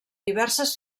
diverses